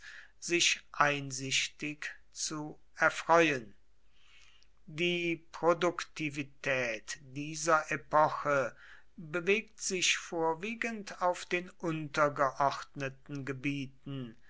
sich einsichtig zu erfreuen die produktivität dieser epoche bewegt sich vorwiegend auf den untergeordneten gebieten